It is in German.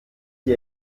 die